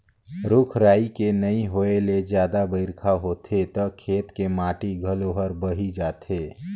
रूख राई के नइ होए ले जादा बइरखा होथे त खेत के माटी घलो हर बही जाथे